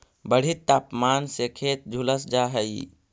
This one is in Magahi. बढ़ित तापमान से खेत झुलस जा हई